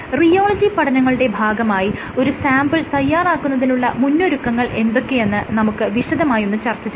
rheology പഠനങ്ങളുടെ ഭാഗമായി ഒരു സാംപിൾ തയ്യാറാക്കുന്നതിനുള്ള മുന്നൊരുക്കങ്ങൾ എന്തൊക്കെയെന്ന് നമുക്ക് വിശദമായൊന്ന് ചർച്ച ചെയ്യാം